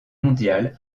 mondiale